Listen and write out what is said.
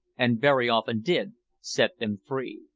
and very often did, set them free.